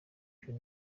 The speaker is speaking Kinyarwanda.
ibyo